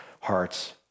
hearts